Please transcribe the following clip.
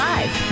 Live